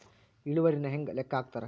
ಇಳುವರಿನ ಹೆಂಗ ಲೆಕ್ಕ ಹಾಕ್ತಾರಾ